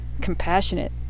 compassionate